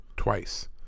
twice